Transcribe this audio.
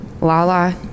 Lala